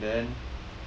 then